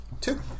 two